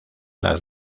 las